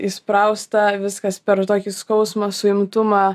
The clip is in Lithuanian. įsprausta viskas per tokį skausmą suimtumą